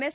S